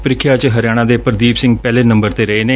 ਪ੍ਰੀਖਿਆ ਚ ਹਰਿਆਣਾ ਦੇ ਪ੍ਰਦੀਪ ਸਿੰਘ ਪਹਿਲੇ ਨੰਬਰ ਤੇ ਰਹੇ ਨੇ